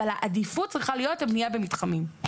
אבל העדיפות צריכה להיות לבנייה במתחמים.